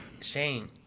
Shane